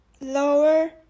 lower